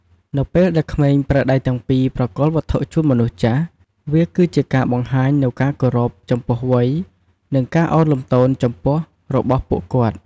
នៅពេលដែលក្មេងប្រើដៃទាំងពីរប្រគល់វត្ថុជូនមនុស្សចាស់ វាគឺជាការបង្ហាញនូវការគោរពចំពោះវ័យ និងការឱនលំទោនចំពោះរបស់ពួកគាត់។